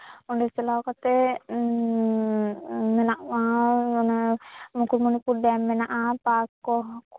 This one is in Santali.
ᱚᱸᱰᱮ ᱪᱟᱞᱟᱣ ᱠᱟᱛᱮᱫ ᱢᱮᱱᱟᱜᱼᱟ ᱚᱱᱮ ᱢᱩᱠᱩᱴᱢᱩᱱᱤᱯᱩᱨ ᱰᱮᱢ ᱢᱮᱱᱟᱜᱼᱟ ᱯᱟᱨᱠ ᱠᱚ